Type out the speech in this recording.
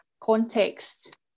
context